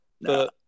No